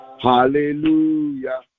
Hallelujah